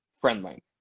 friendly